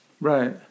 Right